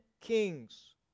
kings